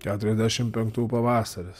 keturiasdešim penktų pavasaris